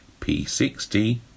P60